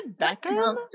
Beckham